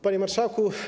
Panie Marszałku!